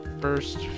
first